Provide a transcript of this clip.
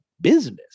business